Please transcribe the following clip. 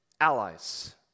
allies